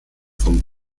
vom